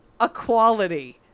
equality